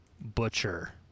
Butcher